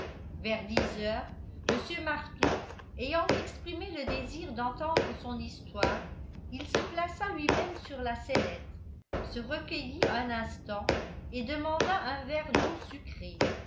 vers dix heures mr martout ayant exprimé le désir d'entendre son histoire il se plaça lui-même sur la sellette se recueillit un instant et demanda un verre d'eau sucrée